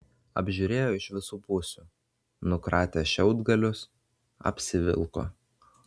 apžiūrėjo iš visų pusių nukratė šiaudgalius apsivilko